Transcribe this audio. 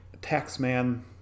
Taxman